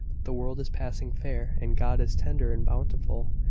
the world is passing fair, and god is tender and bountiful.